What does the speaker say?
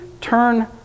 turn